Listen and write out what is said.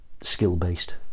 skill-based